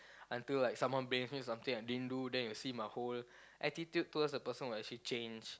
until like someone blames me something I didn't do then you'll see my whole attitude towards the person will actually change